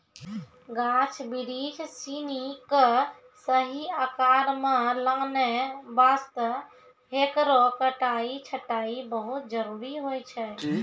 गाछ बिरिछ सिनि कॅ सही आकार मॅ लानै वास्तॅ हेकरो कटाई छंटाई बहुत जरूरी होय छै